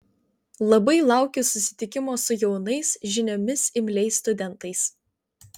labai laukiu susitikimo su jaunais žinioms imliais studentais